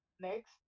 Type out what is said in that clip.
next